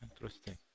Interesting